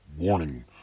Warning